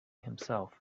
himself